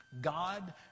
God